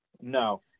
No